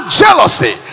jealousy